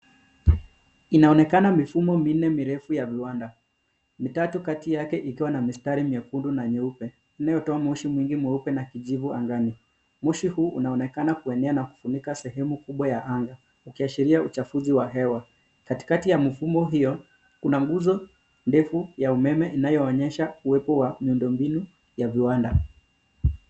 Inaonekana mifumo minne mirefu ya viwanda, mitatu kati yake ikiwa na mistari nyekundu na nyeupe inayotoa moshi mwingi mweupe na kijivu angani. Moshi huu unaonekana kuenea na kufunika sehemu kubwa ya anga ukiashiria uchafuzi wa hewa. Katikati ya mfumo hiyo kuna nguzo ndefu ya umeme inayoonyesha uwepo wa miundo mbinu ya viwanda.